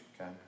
okay